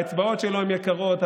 האצבעות שלו הן יקרות,